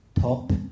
top